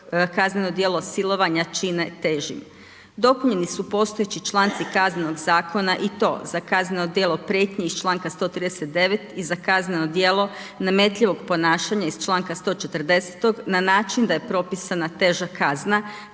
kazneno djelo silovanja čine težim. Dopunjeni su postojeći članci Kaznenog zakona i to za kazneno djelo prijetnje iz Članka 139. i za kazneno djelo nametljivog ponašanja iz Članka 140. na način da je propisana teža kazna